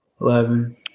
Eleven